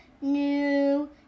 new